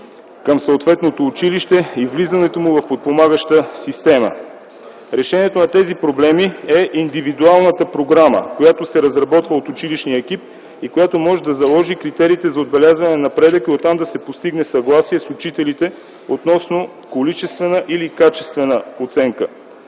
към съответното училище и влизането му в подпомагаща система. Решението на тези проблеми е индивидуалната програма, която се разработва от училищния екип и която може да заложи критериите за отбелязване напредъка и оттам да се постигне съгласие с учителите относно количествена или качествена оценка.